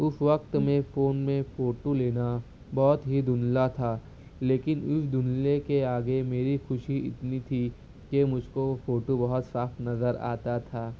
اس وقت میں فون میں فوٹو لینا بہت ہی دھندلا تھا لیکن اس دھندلے کے آگے میری خوشی اتنی تھی کہ مجھ کو فوٹو بہت صاف نظر آتا تھا